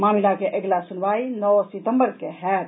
मामिला के अगिला सुनवाई नओ सितम्बर के होयत